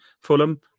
Fulham